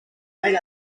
made